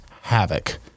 havoc